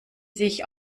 sich